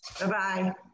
Bye-bye